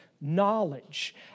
knowledge